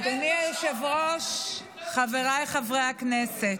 אדוני היושב-ראש, חבריי חברי הכנסת,